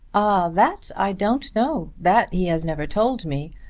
ah that i don't know. that he has never told me.